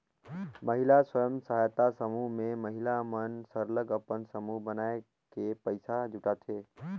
महिला स्व सहायता समूह में महिला मन सरलग अपन समूह बनाए के पइसा जुटाथें